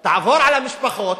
תעבור על המשפחות,